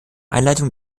einleitung